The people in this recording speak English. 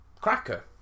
Cracker